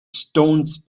stones